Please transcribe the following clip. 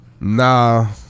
Nah